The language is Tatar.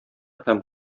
һәм